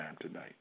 tonight